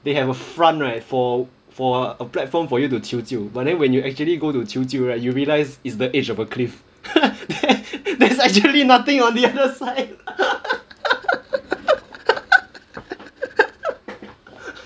they have a front right for for a platform for you to 求救 but then when you actually go to 求救 right you realize it's the edge of a cliff there's actually nothing on the other side